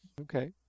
okay